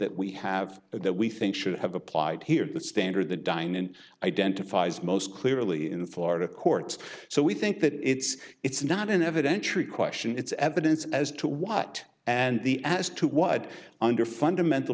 that we have that we think should have applied here that standard the diamond identifies most clearly in the florida courts so we think that it's it's not an evidentiary question it's evidence as to what and the as to what under fundamental